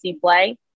play